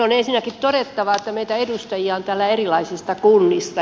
on ensinnäkin todettava että meitä edustajia on täällä erilaisista kunnista